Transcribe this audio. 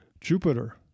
Jupiter